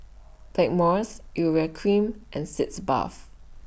Blackmores Urea Cream and Sitz Bath